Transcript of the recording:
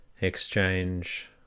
Exchange